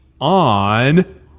on